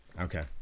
Okay